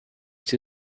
two